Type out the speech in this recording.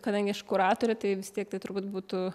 kadangi aš kuratorė tai vis tiek tai turbūt būtų